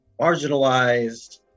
marginalized